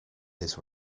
his